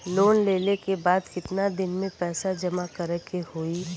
Loan लेले के बाद कितना दिन में पैसा जमा करे के होई?